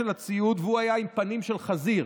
והוא היה עם פנים של חזיר.